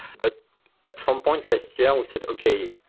but at some point last year, we said, okay,